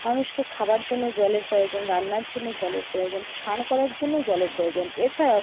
মানুষকে খাবার জন্য জলের প্রয়োজন রান্নার জন্য জলের প্রয়োজন ছান করার জন্যও জলের প্রয়োজন এছাড়াও